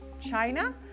China